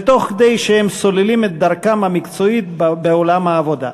ותוך כדי סלילת דרכם המקצועית בעולם העבודה.